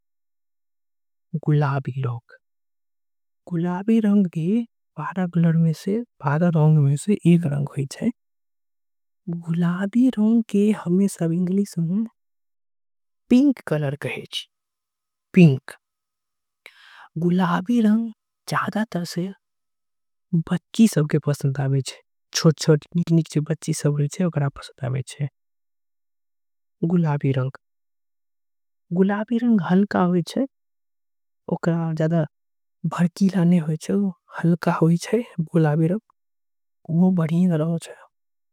गुलाबी रंग भी बारह रंग में से एक रंग होइए छे। गुलाबी रंग के इंग्लिश में पिंक कलर कहे छे। गुलाबी रंग ज्यादातर बच्ची सब के पसंद आवे छे। छोट छोट निक निक बच्ची जो होय छे ओकरा। के पसंद आवे छे गुलाबी रंग हल्का होई छे।